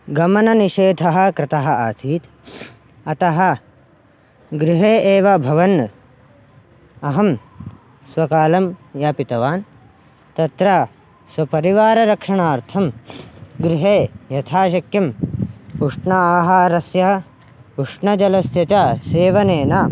गमननिषेधः कृतः आसीत् अतः गृहे एव भवन् अहं स्वकालं यापितवान् तत्र स्वपरिवाररक्षणार्थं गृहे यथाशक्यम् उष्ण आहारस्य उष्णजलस्य च सेवनेन